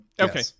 Okay